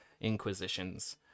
inquisitions